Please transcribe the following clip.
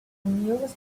newest